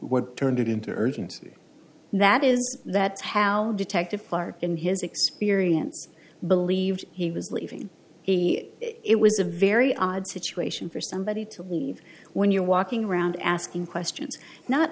turned it into urgency that is that's how detective clark in his experience believed he was leaving it was a very odd situation for somebody to leave when you're walking around asking questions not